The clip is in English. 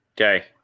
okay